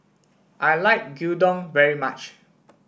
I like Gyudon very much